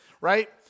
right